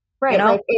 Right